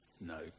No